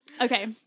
Okay